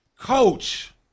coach